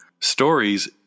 stories